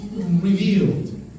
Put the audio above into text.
revealed